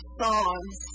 songs